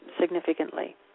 significantly